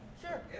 Sure